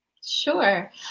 Sure